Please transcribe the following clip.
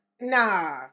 Nah